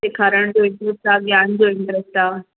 सेखारणु जो इंट्रैस्ट आहे ज्ञान जो इंट्रैस्ट आहे